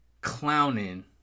clowning